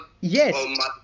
Yes